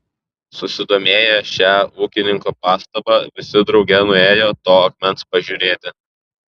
susidomėję šia ūkininko pastaba visi drauge nuėjo to akmens pažiūrėti